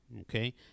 okay